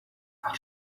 are